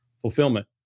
fulfillment